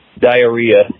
diarrhea